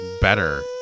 better